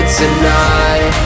tonight